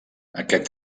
aquest